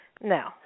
no